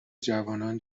جوانان